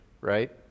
right